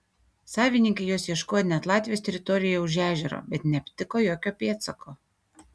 savininkai jos ieškojo net latvijos teritorijoje už ežero bet neaptiko jokio pėdsako